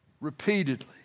Repeatedly